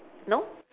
no